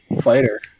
Fighter